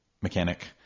mechanic